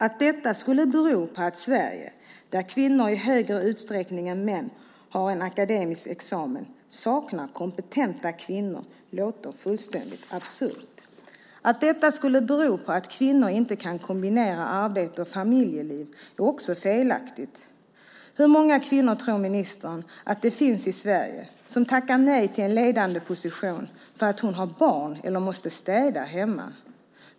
Att detta skulle bero på att Sverige, där kvinnor i högre utsträckning än män har akademisk examen, saknar kompetenta kvinnor låter fullständigt absurt. Att detta skulle bero på att kvinnor inte kan kombinera arbete och familjeliv är också felaktigt. Hur många kvinnor tror ministern att det finns i Sverige som tackar nej till en ledande position för att hon har barn eller måste städa hemma?